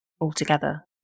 altogether